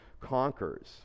conquers